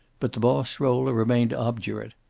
but the boss roller remained obdurate.